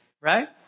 Right